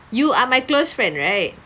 you are my close friend right